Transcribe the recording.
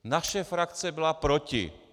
Naše frakce byla proti.